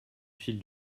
fil